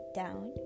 down